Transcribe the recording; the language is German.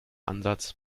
ansatz